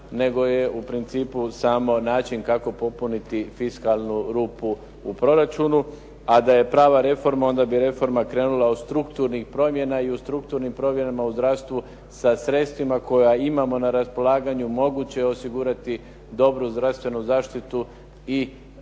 nego je u principu samo način kako popuniti fiskalnu rupu u proračunu, a da je prava reforma onda bi reforma krenula od strukturnih promjena i u strukturnim promjenama u zdravstvu sa sredstvima koja imamo na raspolaganju moguće je osigurati dobru zdravstvenu zaštitu i